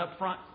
upfront